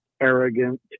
arrogant